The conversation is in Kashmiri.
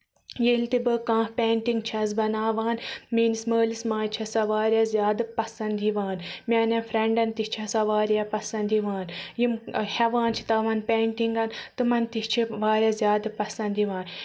ییٚلہِ تہِ بہٕ کانٛہہ پینٹِنٛگ چھَس بَناوان میٛٲنِس مٲلِس ماجہِ چھِ سۅ واریاہ زیادٕ پَسنٛد یِوان میٛانیٚو فرینٚڈَن تہِ چھِ سۅ واریاہ پَسنٛد یِوان یِم ہیوان چھِ تِمَن پیٹَنٛگَن تِمَن تہِ چھِ واریاہ زیادٕ پَسنٛد یِوان